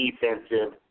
defensive